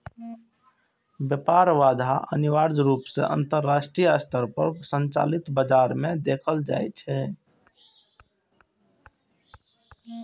व्यापार बाधा अनिवार्य रूप सं अंतरराष्ट्रीय स्तर पर संचालित बाजार मे देखल जाइ छै